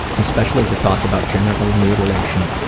especially the thoughts about genital mutilation.